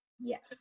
Yes